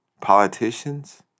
Politicians